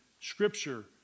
scripture